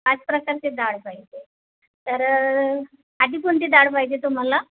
पाच प्रकारचे डाळ पाहिजे तर आधी कोणती डाळ पाहिजे तुम्हाला